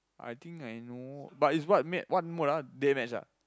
I think I know but is what match what mode ah dead match ah